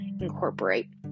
incorporate